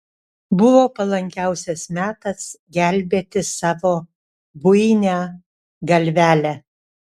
buvo palankiausias metas gelbėti savo buinią galvelę